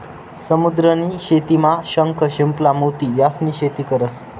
समुद्र नी शेतीमा शंख, शिंपला, मोती यास्नी शेती करतंस